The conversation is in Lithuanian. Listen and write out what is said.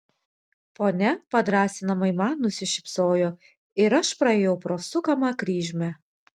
ponia padrąsinamai man nusišypsojo ir aš praėjau pro sukamą kryžmę